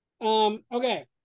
okay